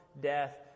death